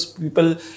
people